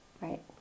Right